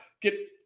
get